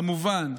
כמובן,